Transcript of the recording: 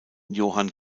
johann